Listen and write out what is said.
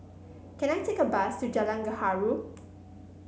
can I take a bus to Jalan Gaharu